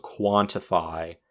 quantify